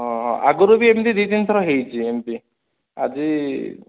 ହଁ ଆଗରୁ ବି ଏମିତି ଦୁଇ ତିନି ଥର ହେଇଛି ଏମିତି ଆଜି